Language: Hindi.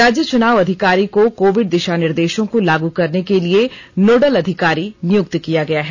राज्य चुनाव अधिकारी को कोविड दिशा निर्देशों को लागू करने के लिए नोडल अधिकारी नियुक्त किया गया है